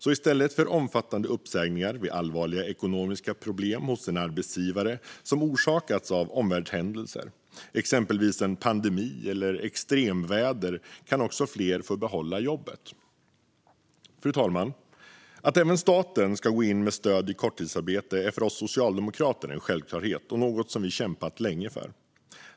I stället för omfattande uppsägningar hos en arbetsgivare vid allvarliga ekonomiska problem som orsakats av omvärldshändelser, exempelvis en pandemi eller extremväder, kan fler få behålla jobbet. Fru talman! Att även staten ska gå in med stöd vid korttidsarbete är för oss socialdemokrater en självklarhet och något som vi länge kämpat för.